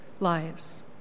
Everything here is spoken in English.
lives